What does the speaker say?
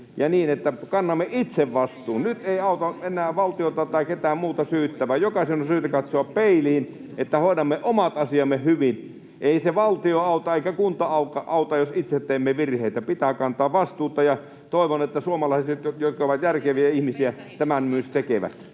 ja niin, että kannamme itse vastuun. Nyt ei auta enää valtiota tai ketään muuta syyttää, vaan jokaisen on syytä katsoa peiliin, että hoidamme omat asiamme hyvin. Ei se valtio auta eikä kunta auta, jos itse teemme virheitä. Pitää kantaa vastuuta, [Leena Meri: Ei me voida bensan hinnasta kantaa vastuuta!] ja toivon, että suomalaiset, jotka ovat järkeviä ihmisiä, tämän myös tekevät.